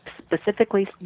specifically